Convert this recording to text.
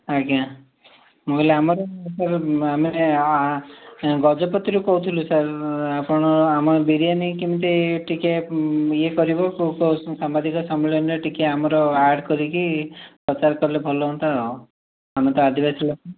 ଆଜ୍ଞା ମୁଁ କହିଲି ଆମର ସାର୍ ଆମେ ଗଜପତିରୁ କହୁଥିଲୁ ସାର୍ ଆପଣ ଆମ ବିରିୟାନୀ କେମିତି ଟିକିଏ ଇଏ କରିବ କେଉଁ ସାମ୍ବାଦିକ ସମ୍ମିଳନୀରେ ଟିକିଏ ଆମର ଆଡ଼୍ କରିକି ପ୍ରଚାର କଲେ ଭଲ ହୁଅନ୍ତା ଆଉ ଆମେ ତ ଆଦିବାସୀ ଲୋକ